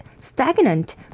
stagnant